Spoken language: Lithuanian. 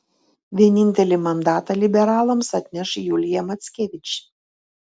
vienintelį mandatą liberalams atneš julija mackevič